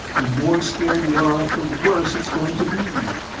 the more scared you are, the worse it's going to be!